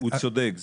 הוא צודק.